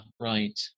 Right